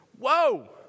Whoa